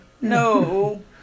no